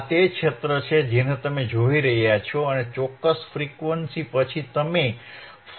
આ તે ક્ષેત્ર છે જેને તમે જોઈ રહ્યા છો અને ચોક્કસ ફ્રીક્વન્સી પછી તમે ફરીથી 5 વોલ્ટ જોઈ શકશો